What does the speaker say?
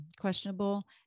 questionable